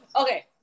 Okay